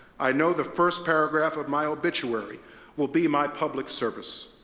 i know the first paragraph of my obituary will be my public service.